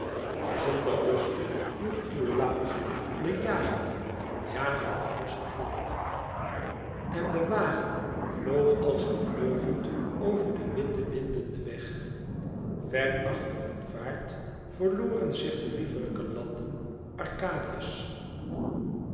zonder ruste joeg iolàos de jagende jagende rossen voort en de wagen vloog als gevleugeld over den witten windenden weg ver achter hun vaart verloren zich de lieflijke landen